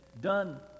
done